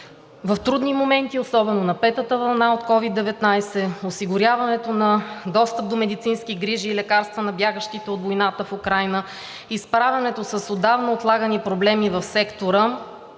В трудни моменти, особено на петата вълна от COVID-19, осигуряването на достъп до медицински грижи и лекарства на бягащите от войната в Украйна и справянето с отдавна отлагани проблеми в сектора,